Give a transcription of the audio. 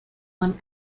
one